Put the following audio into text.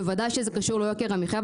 בוודאי שזה קשור ליוקר המחיה.